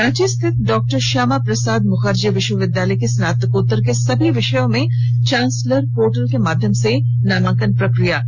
रांची रिथत डॉ श्यामा प्रसाद मुखर्जी विश्वविद्यालय के स्नातकोत्तर के सभी विषयों में चांसलर पोर्टल के माध्यम से नामांकन प्रक्रिया चल रही है